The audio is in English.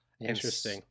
interesting